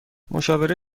مشاوره